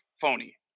phony